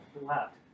left